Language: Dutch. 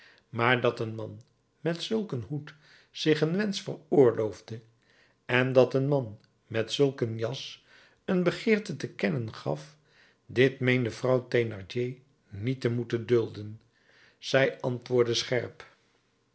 maar dat een man met zulk een hoed zich een wensch veroorloofde en dat een man met zulk een jas een begeerte te kennen gaf dit meende vrouw thénardier niet te moeten dulden zij antwoordde scherp